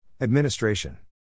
Administration